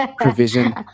Provision